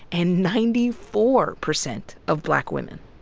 and ninety four percent of black women.